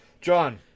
john